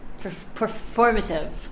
performative